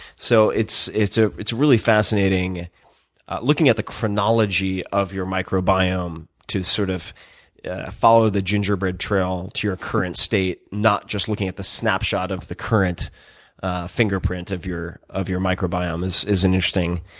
so it's it's ah really fascinating looking at the chronology of your microbiome to sort of follow the gingerbread trail to your current state, not just looking at the snapshot of the current ah fingerprint of your of your microbiome is is interesting.